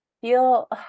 feel